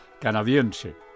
canadiense